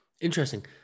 Interesting